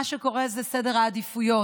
מה שקורה זה סדר העדיפויות.